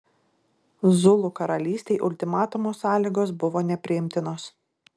zulų karalystei ultimatumo sąlygos buvo nepriimtinos